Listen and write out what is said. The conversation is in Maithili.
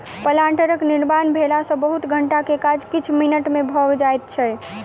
प्लांटरक निर्माण भेला सॅ बहुत घंटा के काज किछ मिनट मे भ जाइत छै